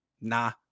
Nah